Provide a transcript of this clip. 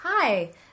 Hi